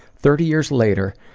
thirty years later,